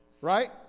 Right